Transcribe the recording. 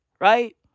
Right